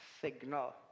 signal